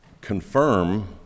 confirm